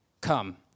Come